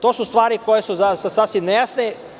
To su stvari koje su sasvim nejasne.